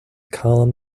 column